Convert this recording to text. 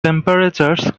temperatures